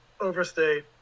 overstate